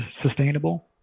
sustainable